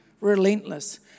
relentless